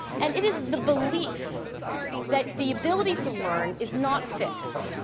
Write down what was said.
and it is the belief that the ability to learn is not fixed,